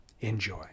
enjoy